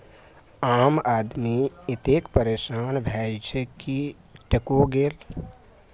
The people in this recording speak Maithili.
आम आदमी एतेक परेशान भए जाइ छै कि टाको गेल